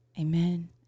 Amen